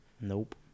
Nope